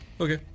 Okay